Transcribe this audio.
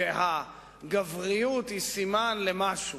והגבריות היא סימן למשהו,